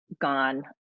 gone